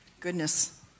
Goodness